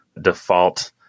default